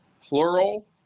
plural